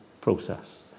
process